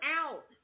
out